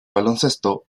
baloncesto